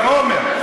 זה בעומר.